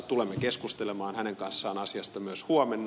tulemme keskustelemaan hänen kanssaan asiasta myös huomenna